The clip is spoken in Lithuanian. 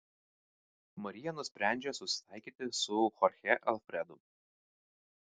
marija nusprendžia susitaikyti su chorche alfredu